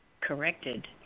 corrected